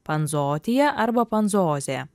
panzootija arba panzoozė